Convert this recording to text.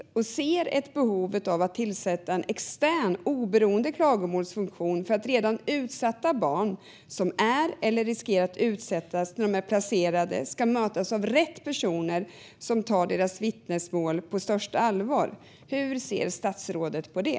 Liberalerna ser ett behov av att införa en extern, oberoende klagomålsfunktion för att redan utsatta barn som utsätts eller som riskerar att utsättas när de är placerade ska mötas av rätt personer som tar deras vittnesmål på största allvar. Hur ser statsrådet på det?